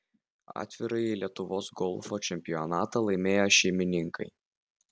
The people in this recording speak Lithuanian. atvirąjį lietuvos golfo čempionatą laimėjo šeimininkai